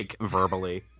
verbally